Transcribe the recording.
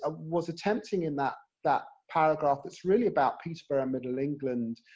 ah was attempting in that, that paragraph, that's really about peterborough, middle england,